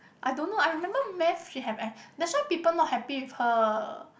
I don't know I remember math she have that's why people not happy with her